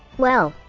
well,